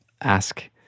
ask